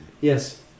Yes